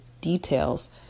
details